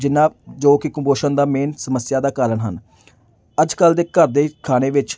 ਜਿਹਨਾਂ ਜੋ ਕਿ ਕੁਪੋਸ਼ਣ ਦਾ ਮੇਨ ਸਮੱਸਿਆ ਦਾ ਕਾਰਨ ਹਨ ਅੱਜ ਕੱਲ੍ਹ ਦੇ ਘਰ ਦੇ ਖਾਣੇ ਵਿੱਚ